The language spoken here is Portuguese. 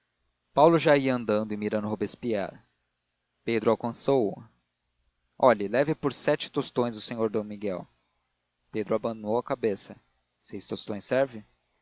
paulo já ia andando e mirando robespierre pedro alcançou-o olhe leve por sete tostões o senhor d miguel pedro abanou a cabeça seis tostões serve